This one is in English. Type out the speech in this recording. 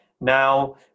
Now